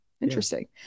interesting